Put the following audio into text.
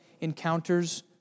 encounters